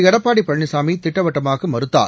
எடப்பாடி பழனிசாமி திட்டவட்டமாக மறுத்தார்